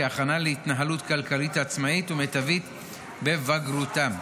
כהכנה להתנהלות כלכלית עצמאית ומיטבית בבגרותם.